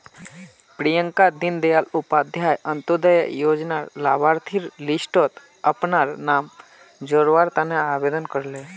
प्रियंका दीन दयाल उपाध्याय अंत्योदय योजनार लाभार्थिर लिस्टट अपनार नाम जोरावर तने आवेदन करले